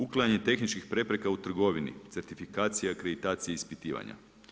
Uklanjanje tehničkih prepreka u trgovini, certifikacija, akreditacija ispitivanja.